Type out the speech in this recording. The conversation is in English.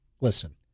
listen